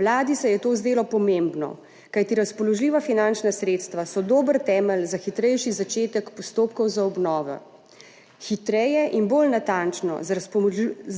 Vladi se je to zdelo pomembno, kajti razpoložljiva finančna sredstva so dober temelj za hitrejši začetek postopkov za obnovo. Hitreje in bolj natančno